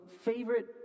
favorite